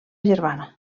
germana